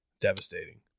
Devastating